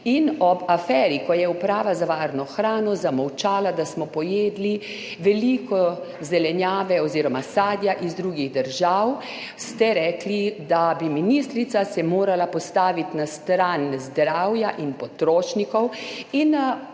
in ob aferi, ko je Uprava za varno hrano zamolčala, da smo pojedli veliko zelenjave oziroma sadja iz drugih držav, ste rekli, da bi se ministrica morala postaviti na stran zdravja in potrošnikov. Ona